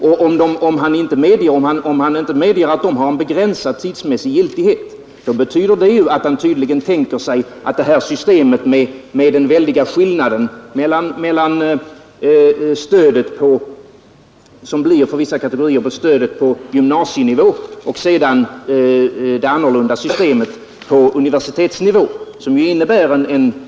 Om han inte vill medge att de har en begränsad tidsmässig giltighet, betyder det väl att han tänker sig att den väldiga skillnaden mellan det stöd som kan komma att lämnas till vissa kategorier på gymnasienivå och systemet för stöd på universitetsnivå skall finnas kvar.